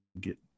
get